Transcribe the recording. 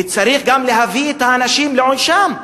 וצריך גם להביא את האנשים על עונשם.